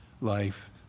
life